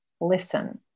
listen